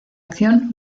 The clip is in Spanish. acción